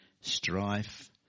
strife